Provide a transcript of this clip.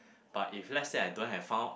but if let's say I don't have found